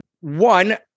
one